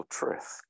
truth